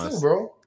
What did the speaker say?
bro